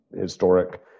historic